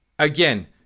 Again